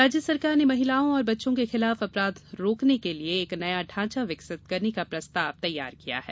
CM पत्र राज्य सरकार ने महिलाओं और बच्चों के खिलाफ अपराधों रोकने के लिए एक नया ढ़ाचा विकसित करने का प्रस्ताव तैयार किया है